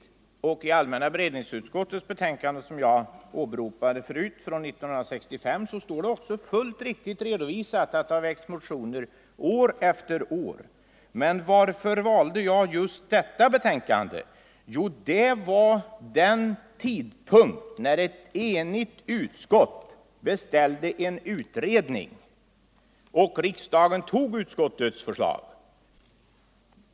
I det utlåtande från allmänna beredningsutskottet år 1965, som jag tidigare åberopat, står det också fullt korrekt redovisat att det har väckts motioner år efter år. Men varför valde jag just detta utlåtande? Jo, det var vid avgivandet antog utskottets förslag.